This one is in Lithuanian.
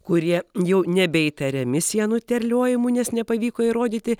kurie jau nebeįtariami sienų terliojimu nes nepavyko įrodyti